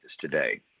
today